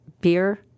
beer